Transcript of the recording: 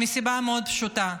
מסיבה מאוד פשוטה: